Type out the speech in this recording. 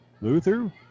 Luther